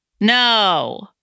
No